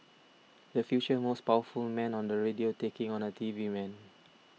the future most powerful man on the radio taking on a T V man